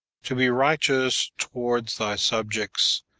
to be righteous towards thy subjects,